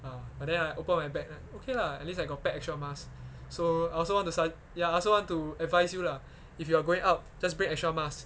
ah but then I open my bag then okay okay lah at least I got pack extra mask so I also want to sa~ ya ask also want to advise you lah if you are going out just bring extra mask